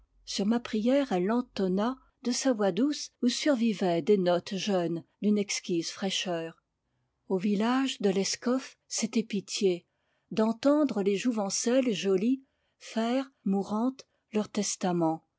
sur ma prière elle l'entonna de sa voix douce où survi vaient des notes jeunes d'une exquise fraîcheur au village de lescoff c'était pitié d'entendre les jouvencelles jolies faire mourantes leur testament